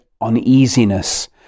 uneasiness